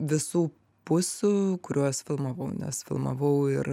visų pusių kuriuos filmavau nes filmavau ir